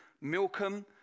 Milcom